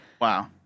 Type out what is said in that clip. wow